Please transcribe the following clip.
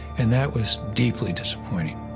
and that was deeply disappointing.